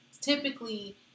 typically